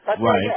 Right